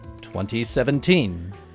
2017